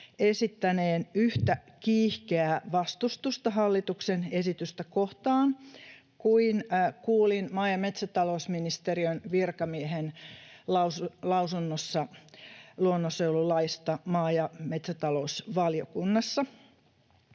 esittäneen yhtä kiihkeää vastustusta hallituksen esitystä kohtaan kuin kuulin maa- ja metsätalousministeriön virkamiehen lausunnossa luonnonsuojelulaista maa- ja metsätalousvaliokunnassa.